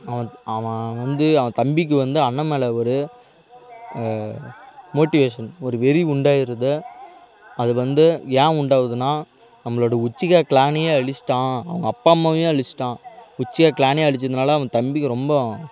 அவன் அவன் வந்து அவன் தம்பிக்கு வந்து அண்ணன் மேலே ஒரு மோட்டிவேஷன் ஒரு வெறி உண்டாயிருது அது வந்து ஏன் உண்டாவுதுனா நம்மளோட உச்சிக்கா க்ளானையே அழிச்சிட்டான் அவங்க அப்பா அம்மாவையும் அழிச்சிட்டான் உச்சிக்கா க்ளானையும் அழிச்சதுனால் அவன் தம்பிக்கு ரொம்ப